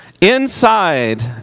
Inside